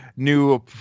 new